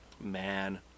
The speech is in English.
Man